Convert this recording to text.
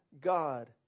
God